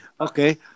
Okay